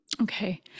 Okay